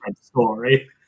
story